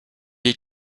est